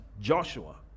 Joshua